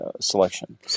selection